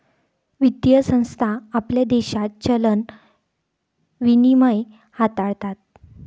वित्तीय संस्था आपल्या देशात चलन विनिमय हाताळतात